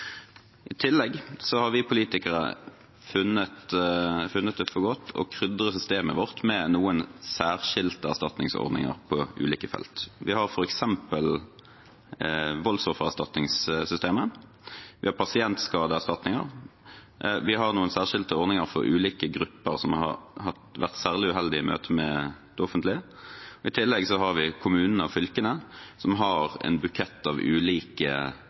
ulike felt. Vi har f.eks. voldsoffererstatningssystemet. Vi har pasientskadeerstatninger. Vi har noen særskilte ordninger for ulike grupper som har vært særlig uheldig i møte med det offentlige. I tillegg har vi kommunene og fylkene som har en bukett av ulike